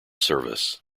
service